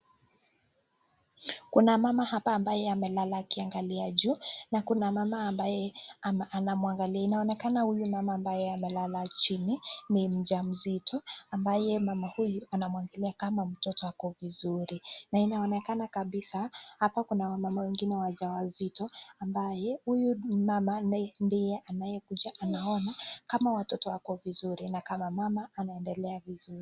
Kuna mama hapa ambaye amelala akiangalia juu na kuna mama ambaye anamwangalia. Inaonekana huyu mama ambaye amelala chini ni mjamzito ambaye mama huyu anamwangalia kama mtoto ako vizuri. Na inaonekana kabisa hapa kuna wamama wengune wajawazito ambaye huyu mama ndiye ambaye anakuja anaona kama watoto wako vizuri na kama mama anaendelea vizuri.